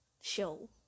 show